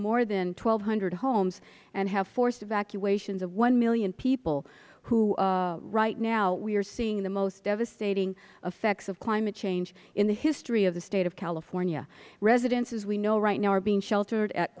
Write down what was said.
one thousand two hundred homes and have forced evacuations of one million people who right now we are seeing the most devastating effects of climate change in the history of the state of california residents as we know right now are being sheltered at